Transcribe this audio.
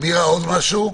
מירה, עוד משהו?